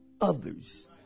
others